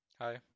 hi